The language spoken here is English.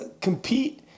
compete